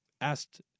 asked